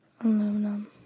Aluminum